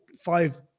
five